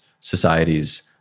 societies